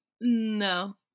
No